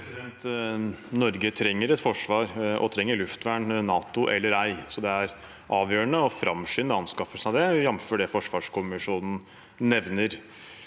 Norge trenger et forsvar og trenger luftvern, NATO eller ei, så det er avgjørende å framskynde anskaffelsen av det, jf. det forsvarskommisjonen nevner.